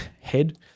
head